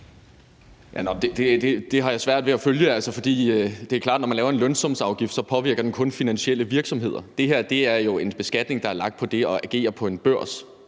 Det har jeg svært ved at følge. Det er klart, at når man laver en lønsumsafgift, påvirker den kun finansielle virksomheder. Det her er jo en beskatning, der er lagt på det at agere på en børs.